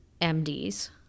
MDs